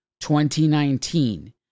2019